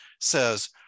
says